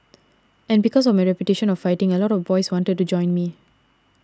and because of my reputation of fighting a lot of boys wanted to join me